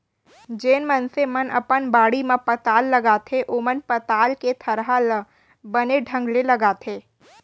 जेन मनसे मन अपन बाड़ी म पताल लगाथें ओमन पताल के थरहा ल बने ढंग ले लगाथें